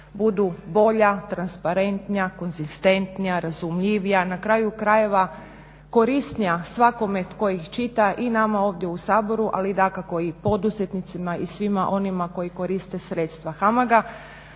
budu bolja, transparentnija, konzistentnija, razumljivija, na kraju krajeva korisnija svakome tko ih čita i nama ovdje u Saboru, ali dakako i poduzetnicima i svima onima koji koriste sredstva HAMAG-a